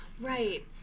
Right